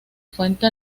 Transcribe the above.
fuente